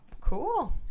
cool